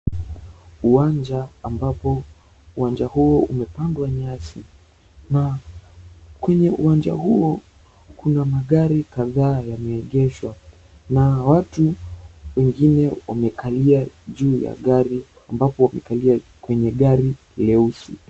Uwanja ambapo uwanja huo umepandwa nyasi na kwenye uwanja huo kuna magari kadhaa yameegeshwa na watu wengine wamekalia juu ya gari ambapo wamekali kwenye gari jeusi.